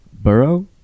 Burrow